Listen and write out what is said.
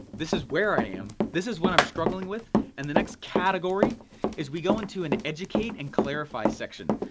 this is where i am, this is what i'm struggling with and the next category is we go into an educate and clarify section.